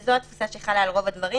שזו התפוסה שחלה על רוב הדברים,